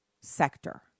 sector